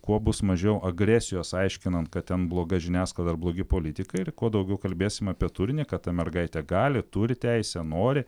kuo bus mažiau agresijos aiškinant kad ten bloga žiniasklaida ar blogi politikai ir kuo daugiau kalbėsim apie turinį kad ta mergaitė gali turi teisę nori